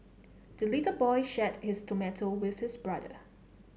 the little boy shared his tomato with his brother